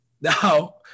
now